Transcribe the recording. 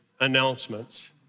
announcements